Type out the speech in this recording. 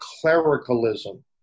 clericalism